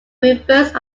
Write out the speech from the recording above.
reverse